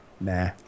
Nah